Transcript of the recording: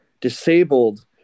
disabled